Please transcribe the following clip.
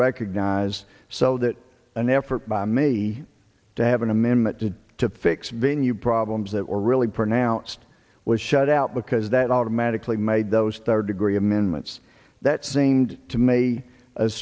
recognized so that an effort by me to have an amendment to to fix venue problems that were really pronounced was shut out because that automatically made those third degree amendments that seemed to me a